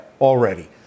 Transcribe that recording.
already